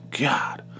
God